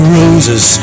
roses